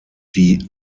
die